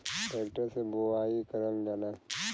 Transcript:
tractor से बोवाई करल जाला